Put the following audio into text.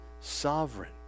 sovereign